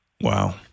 Wow